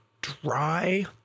dry